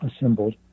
assembled